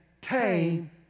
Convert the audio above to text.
tame